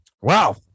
wow